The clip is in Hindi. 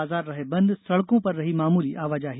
बाजार रहे बंद सड़कों पर रही मामूली आवाजाही